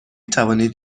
توانید